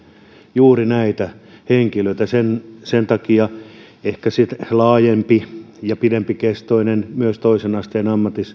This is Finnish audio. juuri näitä henkilöitä sen sen takia ehkä laajempi ja pidempikestoinen myös toisen asteen